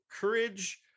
courage